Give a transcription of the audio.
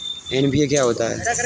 NPK क्या होता है?